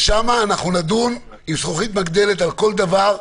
ושם אנחנו נדון עם זכוכית מגדלת על כל דבר,